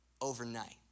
overnight